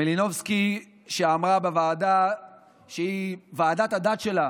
מלינובסקי, שאמרה בוועדה שהיא ועדת הדת שלה